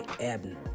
Abner